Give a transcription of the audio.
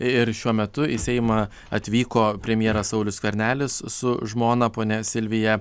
ir šiuo metu į seimą atvyko premjeras saulius skvernelis su žmona ponia silvija